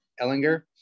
Ellinger